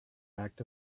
act